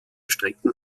strecken